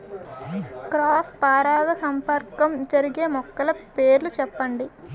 Cross పరాగసంపర్కం జరిగే మొక్కల పేర్లు చెప్పండి?